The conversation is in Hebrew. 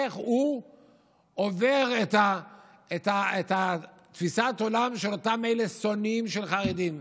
איך הוא עובר את תפיסת העולם של אותם אלה ששונאים את החרדים.